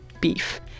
beef